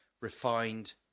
refined